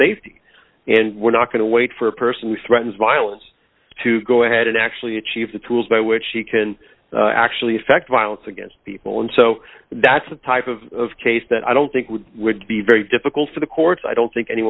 safety and we're not going to wait for a person who threatens violence to go ahead and actually achieve the tools by which she can actually affect violence against people and so that's the type of case that i don't think would be very difficult for the courts i don't think any